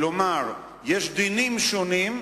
כלומר, יש דינים מסוימים,